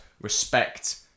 respect